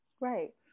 Right